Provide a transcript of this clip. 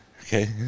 Okay